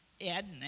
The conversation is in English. Ed